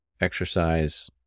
exercise